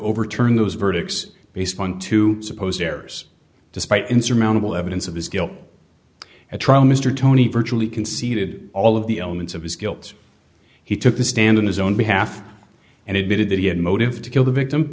overturn those verdicts based on two supposed errors despite insurmountable evidence of his guilt at trial mr tony virtually conceded all of the elements of his guilt he took the stand on his own behalf and admitted that he had motive to kill the victim